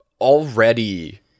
already